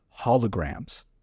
holograms